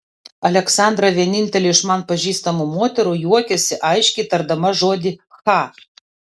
aleksandra vienintelė iš man pažįstamų moterų juokiasi aiškiai tardama žodį cha